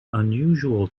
unusual